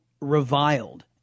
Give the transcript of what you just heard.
reviled